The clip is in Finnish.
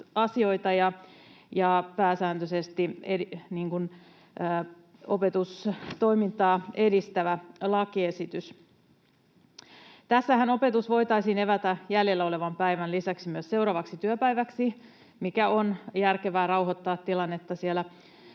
on pääsääntöisesti opetustoimintaa edistävä lakiesitys. Tässähän opetus voitaisiin evätä jäljellä olevan päivän lisäksi myös seuraavaksi työpäiväksi, kun on järkevää rauhoittaa tilannetta siellä